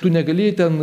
tu negalėjai ten